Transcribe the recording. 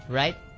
right